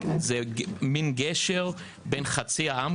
זה מין גשר בין חצי העם,